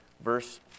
verse